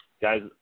guys